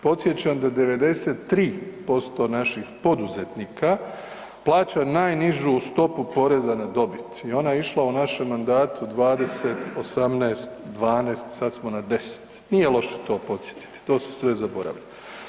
Podsjećam da 93% naših poduzetnika plaća najnižu stopu poreza na dobit i ona je išla u našem mandatu 20, 18, 12 sad smo na 10, nije loše to podsjetiti, to su sve zaboravlja.